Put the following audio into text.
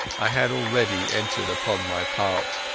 i had already entered upon my part.